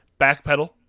backpedal